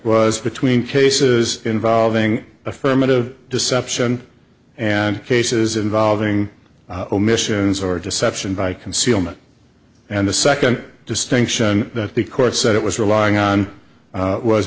was between cases involving affirmative deception and cases involving omissions or deception by concealment and the second distinction that the court said it was relying on